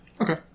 Okay